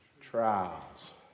trials